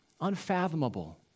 unfathomable